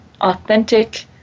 authentic